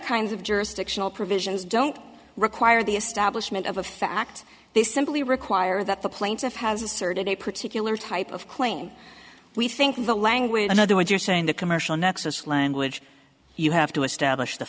kinds of jurisdictional provisions don't require the establishment of a fact they simply require that the plaintiff has asserted a particular type of claim we think the language in other words you're saying the commercial nexus language you have to establish the